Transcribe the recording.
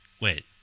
Wait